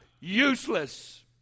useless